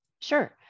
Sure